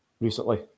recently